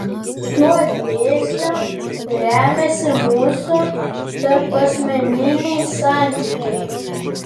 šiuo dėsniu remiasi mūsų tarpasmeniniai santykiai